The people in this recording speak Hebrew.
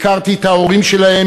הכרתי את ההורים שלהם,